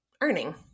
earning